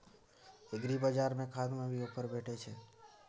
एग्रीबाजार में खाद में भी ऑफर भेटय छैय?